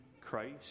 Christ